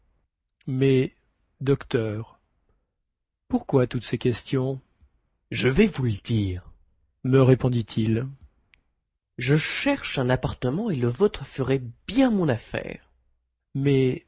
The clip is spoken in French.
mais docteur pourquoi toutes ces questions je vais vous le dire me répondit-il je cherche un appartement et le vôtre ferait bien mon affaire mais